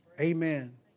Amen